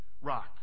rock